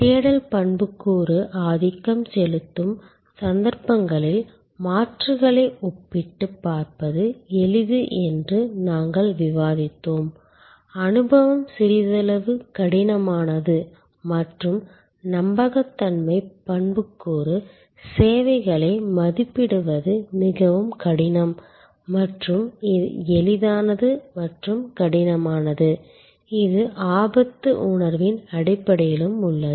தேடல் பண்புக்கூறு ஆதிக்கம் செலுத்தும் சந்தர்ப்பங்களில் மாற்றுகளை ஒப்பிட்டுப் பார்ப்பது எளிது என்று நாங்கள் விவாதித்தோம் அனுபவம் சிறிதளவு கடினமானது மற்றும் நம்பகத்தன்மை பண்புக்கூறு சேவைகளை மதிப்பிடுவது மிகவும் கடினம் மற்றும் இது எளிதானது மற்றும் கடினமானது இது ஆபத்து உணர்வின் அடிப்படையிலும் உள்ளது